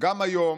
גם היום,